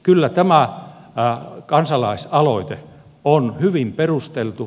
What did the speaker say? kyllä tämä kansalaisaloite on hyvin perusteltu